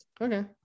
Okay